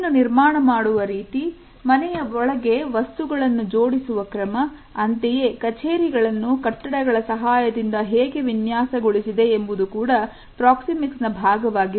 ಮನೆಯನ್ನು ನಿರ್ಮಾಣ ಮಾಡುವ ರೀತಿ ಮನೆಯ ಒಳಗೆ ವಸ್ತುಗಳನ್ನು ಜೋಡಿಸುವ ಕ್ರಮ ಅಂತೆಯೇ ಕಚೇರಿಗಳನ್ನು ಕಟ್ಟಡಗಳ ಸಹಾಯದಿಂದ ಹೇಗೆ ವಿನ್ಯಾಸಗೊಳಿಸಿದೆ ಎಂಬುದು ಕೂಡ Proxemics ನ ಭಾಗವಾಗಿದೆ